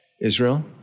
Israel